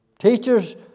Teachers